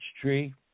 tree